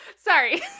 sorry